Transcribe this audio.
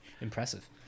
Impressive